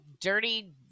dirty